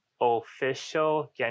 Official